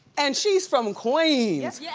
and she's from queens. yes! yeah